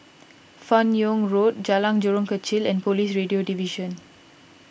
Fan Yoong Road Jalan Jurong Kechil and Police Radio Division